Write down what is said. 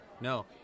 No